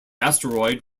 asteroid